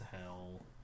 hell